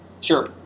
sure